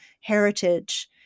heritage